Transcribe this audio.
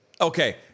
Okay